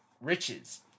riches